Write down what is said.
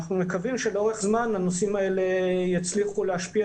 אנחנו מקווים שלאורך זמן הנושאים האלה יצליחו להשפיע